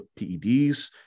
PEDs